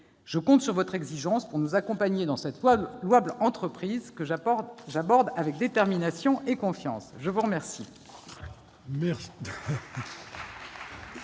Je compte sur votre exigence pour nous accompagner dans cette louable entreprise, que j'aborde avec détermination et confiance. Mes chers